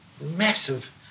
massive